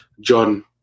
John